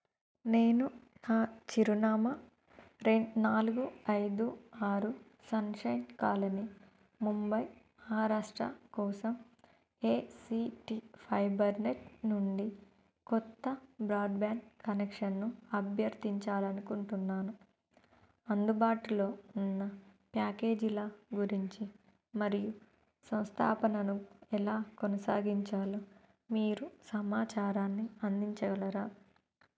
నేను నా చిరునామా రెండు నాలుగు ఐదు ఆరు సన్షైన్ కాలనీ ముంబై మహారాష్ట్ర కోసం ఏసీటీ ఫైబర్నెట్ నుండి కొత్త బ్రాడ్బ్యాండ్ కనెక్షన్ను అభ్యర్థించాలనుకుంటున్నాను అందుబాటులో ఉన్న ప్యాకేజీల గురించి మరియు సంస్థాపనను ఎలా కొనసాగించాలో మీరు సమాచారాన్ని అందించగలరా